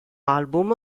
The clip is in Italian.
album